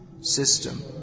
system